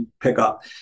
pickup